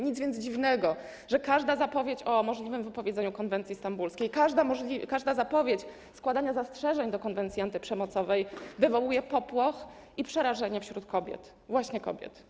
Nic więc dziwnego, że każda zapowiedź o możliwym wypowiedzeniu konwencji stambulskiej, każda zapowiedź składania zastrzeżeń do konwencji antyprzemocowej wywołuje popłoch i przerażenie wśród kobiet, właśnie kobiet.